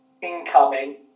incoming